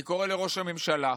אני קורא לראש הממשלה: